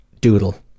Doodle